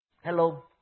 Hello